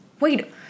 Wait